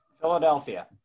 Philadelphia